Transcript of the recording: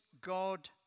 God